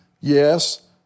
Yes